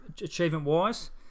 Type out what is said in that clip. achievement-wise